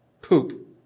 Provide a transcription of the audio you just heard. poop